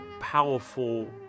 powerful